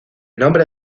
nombre